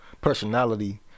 personality